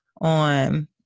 on